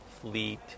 fleet